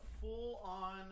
full-on